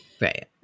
Right